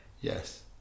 yes